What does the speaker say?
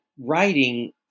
writing